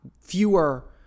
fewer